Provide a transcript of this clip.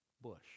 bush